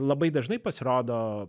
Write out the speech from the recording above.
labai dažnai pasirodo